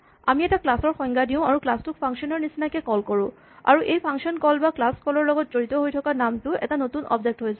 আমি এটা ক্লাচ ৰ সংজ্ঞা দিওঁ আৰু ক্লাচ টোক ফাংচন ৰ নিচিনাকে কল কৰোঁ আৰু এই ফাংচন কল বা ক্লাচ কল ৰ লগত জড়িত হৈ থকা নামটো এটা নতুন অবজেক্ট হৈ যায়